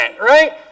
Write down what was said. right